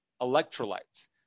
electrolytes